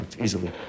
easily